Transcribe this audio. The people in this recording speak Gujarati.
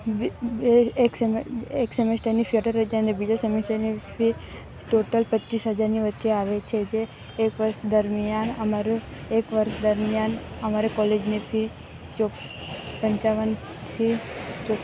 એક સેમે એક સેમેસ્ટરની ફી અઢાર હજારને બીજા સેમેસ્ટરની ફી ટોટલ પચ્ચીસ હજારની વચ્ચે આવે છે જે એક વર્ષ દરમિયાન અમારું એક વર્ષ દરમિયાન અમારી કોલેજની ફી ચો પંચાવનથી ચો